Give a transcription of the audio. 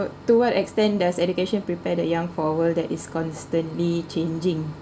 to what extent does education prepare the young for a world that is constantly changing